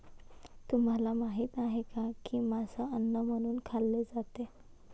तुम्हाला माहित आहे का की मांस अन्न म्हणून खाल्ले जाते?